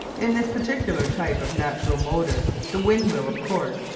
in this particular type of natural motor the wind-wheel, of course,